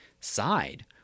side